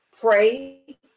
pray